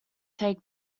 take